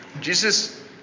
Jesus